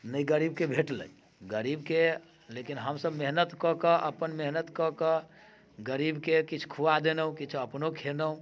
नहि गरीबके भेटलै गरीबके लेकिन हमसभ मेहनत कऽ कऽ अपन मेहनत कऽ कऽ गरीबके किछु खुआ देलहुँ किछु अपनो खेलहुँ